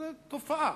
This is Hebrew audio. זו תופעה.